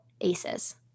ACEs